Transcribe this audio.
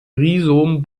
rhizom